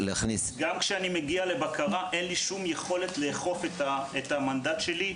כשאני מגיע לבקרה אין לי שום יכולת לאכוף את המנדט שלי.